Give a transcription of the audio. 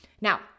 Now